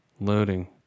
loading